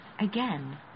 Again